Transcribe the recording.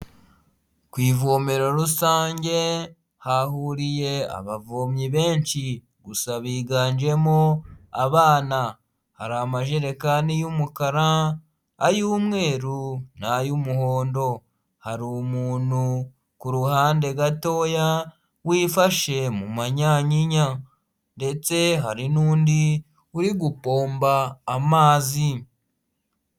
Ku ivomero rusange hahuriye abavomyi benshi gusa biganjemo abana, hari amajerekani y'umukara ay'umweru n'ay'umuhondo. Hari umuntu ku ruhande gatoya wifashe mu manyanyinya ndetse hari n'undi uri gupomba amazi.